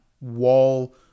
wall